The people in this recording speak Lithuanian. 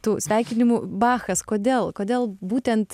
tų sveikinimų bachas kodėl kodėl būtent